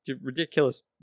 ridiculous